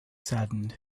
saddened